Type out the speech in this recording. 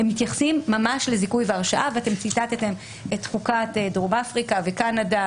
הם מתייחסים ממש לזיכוי והרשעה ואתם ציטטתם את חוקת דרום אפריקה וקנדה